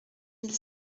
mille